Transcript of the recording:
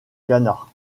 ghana